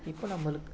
இப்போ நம்மளுக்கு